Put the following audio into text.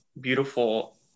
beautiful